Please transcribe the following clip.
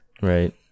Right